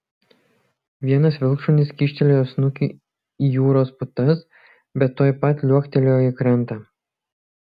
vienas vilkšunis kyštelėjo snukį į jūros putas bet tuoj pat liuoktelėjo į krantą